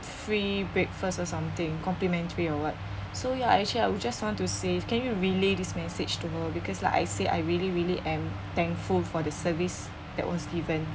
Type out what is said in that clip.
free breakfast or something complimentary or what so ya actually I would just want to say can you relay this message to her because like I say I really really am thankful for the service that was given